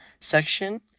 section